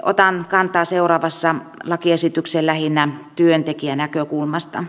otan kantaa seuraavassa lakiesitykseen lähinnä työntekijänäkökulmasta